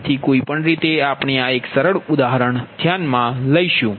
તેથી કોઈપણ રીતે આપણે આ એક સરળ ઉદાહરણ લઈશું